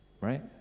right